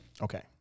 okay